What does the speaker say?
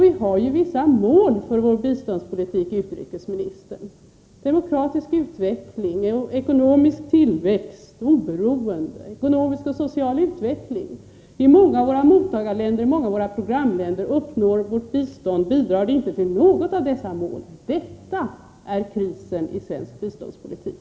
Vi har ju vissa mål för vår biståndspolitik, utrikesministern: demokratisk utveckling, ekonomisk tillväxt, oberoende, ekonomisk och social utveckling. I många av våra mottagarländer och i många av våra programländer bidrar vårt bistånd inte till något av dessa mål. Detta är krisen i svensk biståndspolitik.